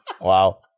Wow